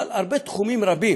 אבל תחומים רבים